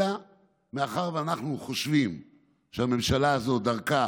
אלא מאחר שאנחנו חושבים שהממשלה הזאת, דרכה